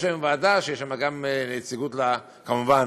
יש היום ועדה, ויש בה גם נציגות, כמובן,